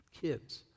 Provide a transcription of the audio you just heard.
kids